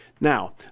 Now